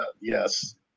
yes